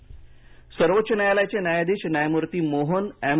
न्यायाधीश निधन सर्वोच्च न्यायालयाचे न्यायाधीश न्यायमूर्ती मोहन एम